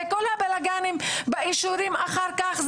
זה כל הבלגנים באישורים אחר כך,